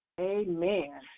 Amen